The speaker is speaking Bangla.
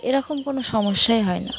এরকম কোনো সমস্যাই হয় না